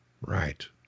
Right